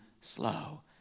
slow